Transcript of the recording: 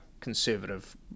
conservative